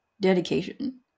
dedication